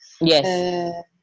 yes